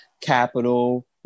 capital